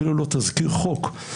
אפילו לא תזכיר חוק,